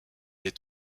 est